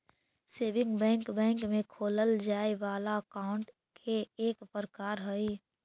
saving bank bank में खोलल जाए वाला अकाउंट के एक प्रकार हइ